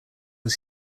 was